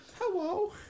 Hello